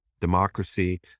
democracy